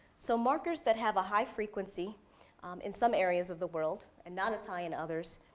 so markers that have a high frequency in some areas of the world, and not as high in others,